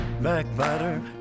backbiter